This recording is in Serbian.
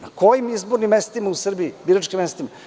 Na kojim izbornim mestima u Srbiji biračkim mestima?